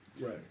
Right